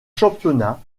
championnat